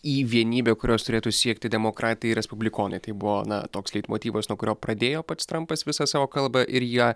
į vienybę kurios turėtų siekti demokratai respublikonai tai buvo na toks leitmotyvas nuo kurio pradėjo pats trampas visą savo kalbą ir ja